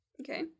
Okay